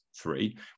three